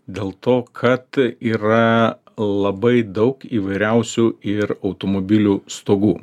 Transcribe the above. dėl to kad yra labai daug įvairiausių ir automobilių stogų